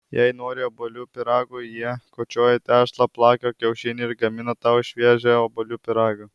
jei nori obuolių pyrago jie kočioja tešlą plaka kiaušinį ir gamina tau šviežią obuolių pyragą